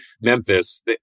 Memphis